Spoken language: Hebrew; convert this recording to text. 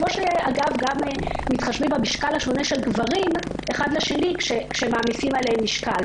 כפי שמתחשבים גם במשקל השונה של גברים כשמעמיסים עליהם משקל,